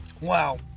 Wow